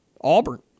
Auburn